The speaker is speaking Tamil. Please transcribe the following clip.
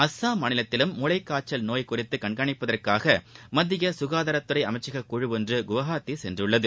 அசாம் மாநிலத்திலும் மூளைக்காய்ச்சல் நோய் குறித்து கண்காணிப்பதற்காக மத்திய சுகாதாரத்துறை அமைச்சகக் குழு ஒன்று குவஹாத்தி சென்றுள்ளது